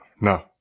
No